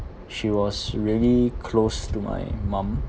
she was really close to my mum